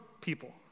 people